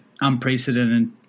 unprecedented